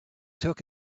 took